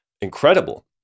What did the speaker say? incredible